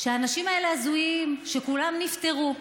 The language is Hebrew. שהאנשים האלה הזויים, שכולם נפטרו,